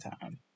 time